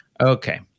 Okay